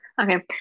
Okay